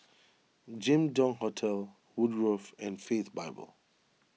Jin Dong Hotel Woodgrove and Faith Bible